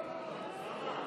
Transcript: קבוצת סיעת יהדות